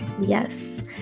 Yes